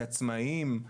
כעצמאים,